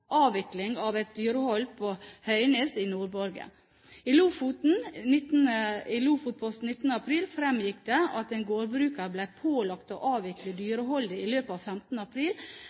avvikling av et dyrehold på Høynes i Nord-Borge. I Lofotposten 19. april fremgikk det at en gårdbruker ble pålagt å avvikle dyreholdet innen 15. april,